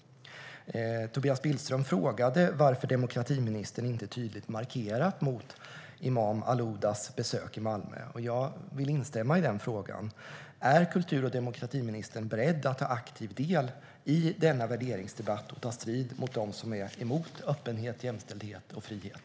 Tobias Billström frågade varför demokratiministern inte tydligt markerat mot imam al-Oudas besök i Malmö. Jag instämmer i denna fråga. Är kultur och demokratiministern beredd att ta aktiv del i värderingsdebatten och ta strid mot dem som är emot öppenhet, jämställdhet och frihet?